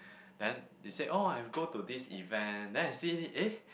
then they say orh I have go to this event then I'll see it eh